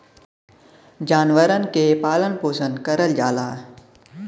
जानवरन के पालन पोसन करल जाला